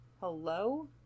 Hello